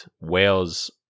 Wales